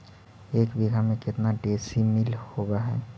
एक बीघा में केतना डिसिमिल होव हइ?